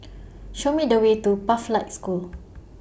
Show Me The Way to Pathlight School